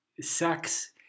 sex